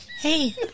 Hey